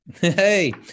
Hey